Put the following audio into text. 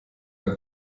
ein